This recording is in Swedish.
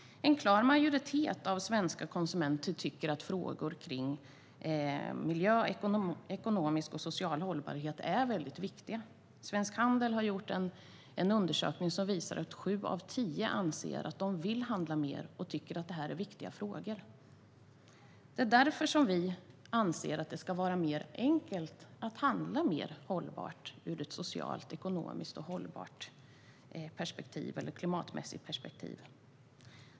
En klar majoritet av svenska konsumenter tycker att frågor om miljö och ekonomisk och social hållbarhet är viktiga. Svensk Handel har gjort en undersökning som visar att sju av tio anser att de vill handla mer på det sättet och att de tycker att detta är viktiga frågor. Därför anser vi att det ska vara enklare att handla mer hållbart ur ett socialt, ekonomiskt och klimatmässigt perspektiv.